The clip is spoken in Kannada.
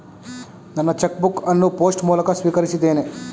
ನನ್ನ ಚೆಕ್ ಬುಕ್ ಅನ್ನು ಪೋಸ್ಟ್ ಮೂಲಕ ಸ್ವೀಕರಿಸಿದ್ದೇನೆ